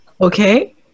Okay